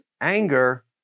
anger